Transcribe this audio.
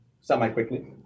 semi-quickly